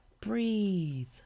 Breathe